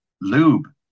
Lube